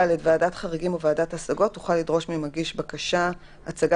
"(ד) ועדת חריגים או ועדת השגות תוכל לדרוש ממגיש בקשה הצגת